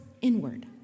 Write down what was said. inward